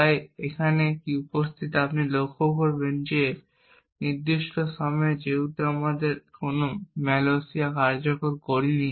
তাই এখানে কি অনুপস্থিত আপনি লক্ষ্য করবেন যে এই নির্দিষ্ট সময়ে যেহেতু আমরা কোনো malloc কার্যকর করিনি